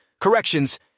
corrections